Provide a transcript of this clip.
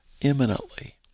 imminently